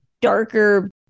darker